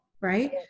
right